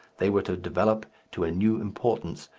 they were to develop to a new importance,